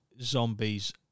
zombies